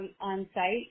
on-site